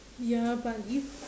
ya but if